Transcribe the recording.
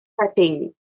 prepping